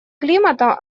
климата